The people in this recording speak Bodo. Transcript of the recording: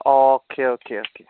अके अके अके